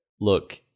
look